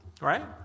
right